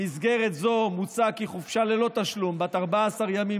במסגרת זו מוצע כי חופשה ללא תשלום בת 14 ימים